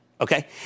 okay